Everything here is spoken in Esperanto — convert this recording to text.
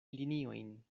linion